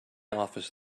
office